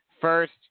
First